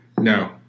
No